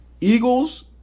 Eagles